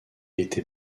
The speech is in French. était